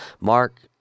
mark